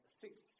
six